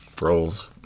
rolls